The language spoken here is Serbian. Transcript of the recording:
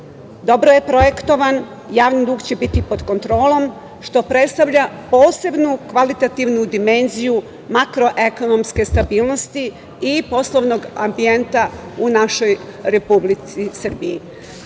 dobro je projektovan, javni dug će biti pod kontrolom što predstavlja posebnu kvalitativnu dimenziju makroekonomske stabilnosti i poslovnog ambijenta u našoj Republici Srbiji. Samim